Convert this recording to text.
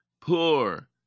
poor